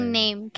name